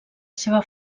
seva